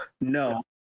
no